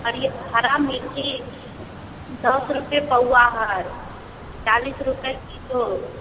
हरिअर हरा मिरची दस रुपै पौआ हइ चालीस रुपै किलो